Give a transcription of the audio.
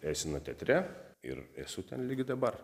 eseno teatre ir esu ten ligi dabar